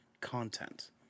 content